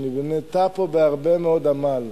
שנבנתה פה בהרבה מאוד עמל,